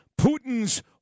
Putin's